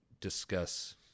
discuss